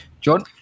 John